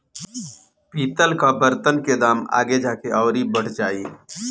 पितल कअ बर्तन के दाम आगे जाके अउरी बढ़ जाई